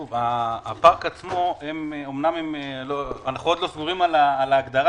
לגבי הפארק עצמו, אנחנו עוד לא סגורים על ההגדרה,